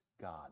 God